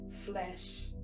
Flesh